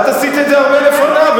את עשית את זה הרבה לפניו,